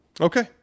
Okay